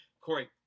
Corey